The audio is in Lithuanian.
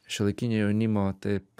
šiuolaikinio jaunimo taip